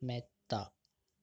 മെത്ത